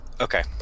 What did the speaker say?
Okay